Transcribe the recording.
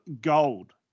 gold